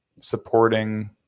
supporting